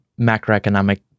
macroeconomic